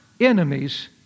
enemies